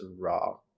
raw